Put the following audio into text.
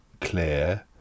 clear